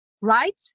right